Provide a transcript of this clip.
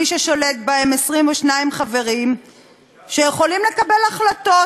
מי ששולטים בה הם 22 חברים שיכולים לקבל החלטות,